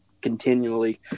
continually